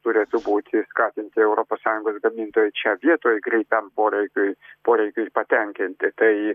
turėtų būti skatinti europos sąjungos gamintojai čia vietoj greitam poreikiui poreikiui patenkinti tai